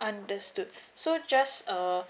understood so just uh